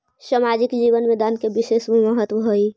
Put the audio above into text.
सामाजिक जीवन में दान के विशेष महत्व हई